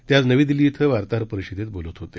ते आज नवी दिल्ली इथं वार्ताहर परिषदेत बोलत होते